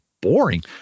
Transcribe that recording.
boring